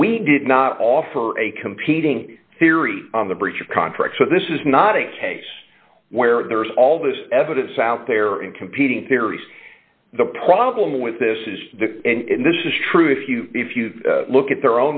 we did not offer a competing theory on the breach of contract so this is not a case where there's all this evidence out there in competing theories the problem with this is the and this is true if you if you look at their